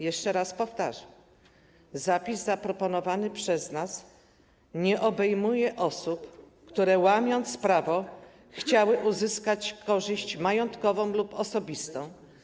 Jeszcze raz powtarzam: przepis zaproponowany przez nas nie obejmuje osób, które, łamiąc prawo, chciały uzyskać korzyść majątkową lub osobistą.